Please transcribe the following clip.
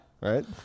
Right